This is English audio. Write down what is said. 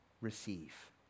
receive